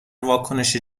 واکنش